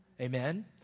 Amen